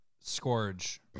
Scourge